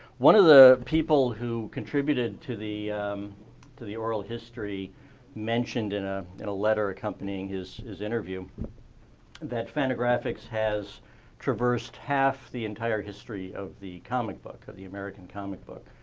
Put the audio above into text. one of the people who contributed to the to the oral history mentioned in ah and a letter accompanying his his interview that fantagraphics has traversed half the entire history of the comic book, of the american comic book,